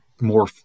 more